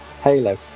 Halo